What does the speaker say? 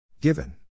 given